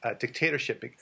dictatorship